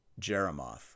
Jeremoth